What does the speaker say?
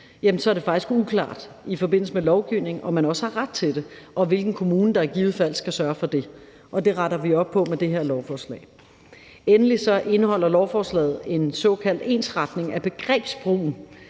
er det faktisk uklart i forbindelse med lovgivningen, om man har også ret til det, og hvilken kommune der i givet fald skal sørge for det. Det retter vi op på med det her lovforslag. Endelig indeholder lovforslaget en såkaldt ensretning af begrebsbrugen.